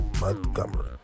Montgomery